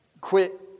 quit